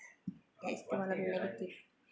that's one of the negative